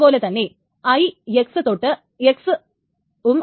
അതുപോലെ തന്നെ I x തൊട്ട് x ഉം അനുവദിക്കുകയില്ല